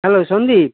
hello Sandeep